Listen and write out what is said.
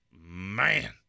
man